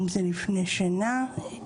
אם זה לפני שינה,